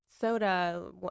soda